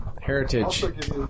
Heritage